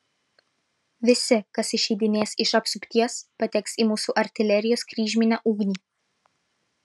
visi kas išeidinės iš apsupties pateks į mūsų artilerijos kryžminę ugnį